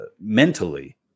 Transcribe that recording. mentally